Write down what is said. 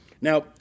Now